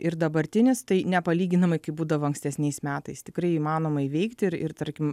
ir dabartinis tai nepalyginamai kaip būdavo ankstesniais metais tikrai įmanoma įveikti ir ir tarkim